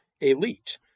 elite